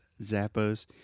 Zappos